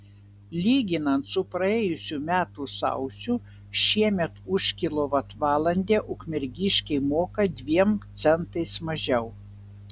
lyginant su praėjusių metų sausiu šiemet už kilovatvalandę ukmergiškiai moka dviem centais mažiau